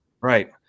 Right